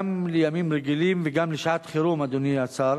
גם בימים רגילים וגם לשעת חירום, אדוני השר,